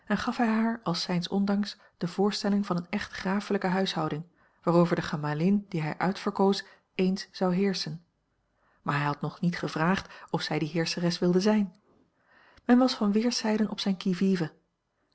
haar als zijns ondanks de voorstelling van eene echt grafelijke huishouding waarover de gemalin die hij uitverkoos eens zou heerschen maar hij had nog niet gevraagd of zij die heerscheres wilde zijn men was van weerszijden op zijn